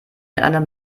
einem